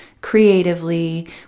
creatively